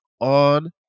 on